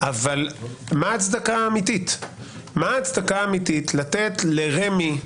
אבל מה ההצדקה האמיתית לתת לרמ"י?